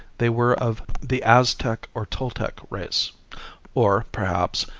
they were of the aztec or toltec race or, perhaps,